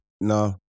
No